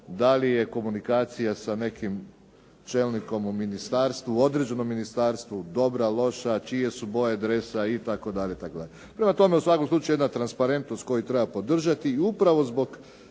da li je komunikacija sa nekim čelnikom u ministarstvu, u određenom ministarstvu dobra, loša, čije su boje dresa itd.. Prema tome, u svakom slučaju jedna transparentnost koju treba podržati i upravo zbog